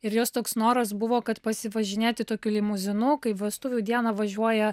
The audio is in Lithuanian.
ir jos toks noras buvo kad pasivažinėti tokiu limuzinu kaip vestuvių dieną važiuoja